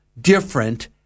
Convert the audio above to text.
different